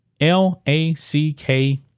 L-A-C-K